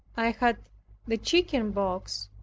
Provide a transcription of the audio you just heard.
i had the chickenpox,